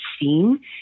seen